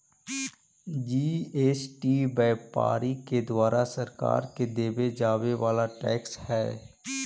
GST व्यापारि के द्वारा सरकार के देवे जावे वाला टैक्स हई